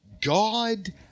God